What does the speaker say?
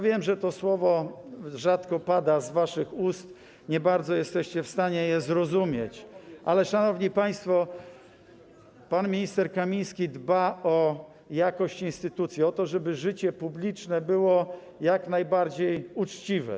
Wiem, że to słowo rzadko pada z waszych ust, nie bardzo jesteście w stanie je zrozumieć, ale, szanowni państwo, pan minister Kamiński dba o jakość instytucji, o to, żeby życie publiczne było jak najbardziej uczciwe.